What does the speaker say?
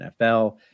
NFL